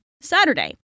Saturday